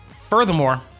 furthermore